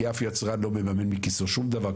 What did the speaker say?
כי אף יצרן לא מממן מכיסו שום דבר.